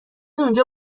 اونجا